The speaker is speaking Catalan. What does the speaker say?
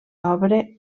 obre